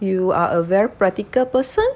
you are a very practical person